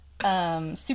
Super